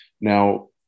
Now